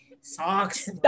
socks